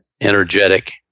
energetic